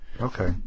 Okay